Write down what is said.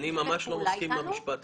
אני רוצה דווקא להתייחס למשהו קונקרטי.